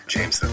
James